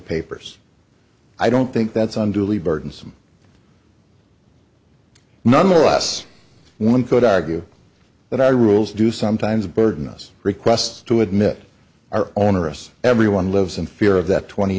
papers i don't think that's unduly burdensome nonetheless one could argue that i rules do sometimes burden us requests to admit our onerous everyone lives in fear of that twenty